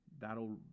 that'll